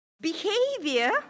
Behavior